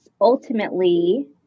ultimately